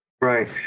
Right